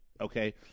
okay